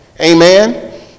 Amen